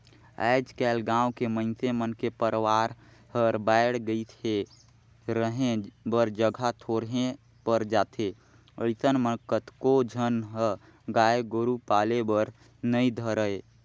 आयज कायल गाँव के मइनसे मन के परवार हर बायढ़ गईस हे, रहें बर जघा थोरहें पर जाथे अइसन म कतको झन ह गाय गोरु पाले बर नइ धरय